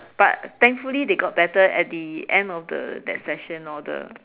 but thankfully they got better at the end of the that session lor the